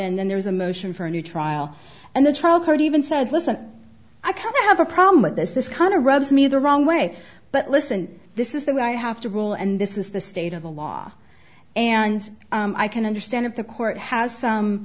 and then there is a motion for a new trial and the trial court even said listen i can't have a problem with this this qana rubs me the wrong way but listen this is the way i have to rule and this is the state of the law and i can understand if the court has some